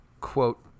Quote